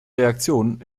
reaktion